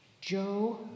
Joe